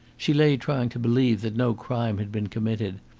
she lay trying to believe that no crime had been committed,